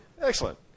Excellent